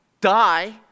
die